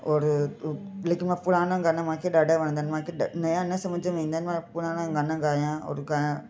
और लेकिन मां पुराणा गाना मूंखे ॾाढा वणंदा आहिनि मूंखे नया न सम्झि में न ईंदा आहिनि मां पुराणा गाना गाया और गा